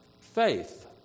faith